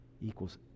equals